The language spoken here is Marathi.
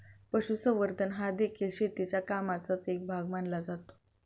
पशुसंवर्धन हादेखील शेतीच्या कामाचाच एक भाग मानला जातो